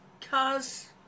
cause